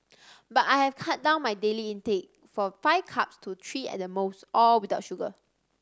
but I have cut down my daily intake from five cups to three at the most all without sugar